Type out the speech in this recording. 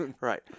Right